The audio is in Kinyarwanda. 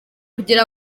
kugira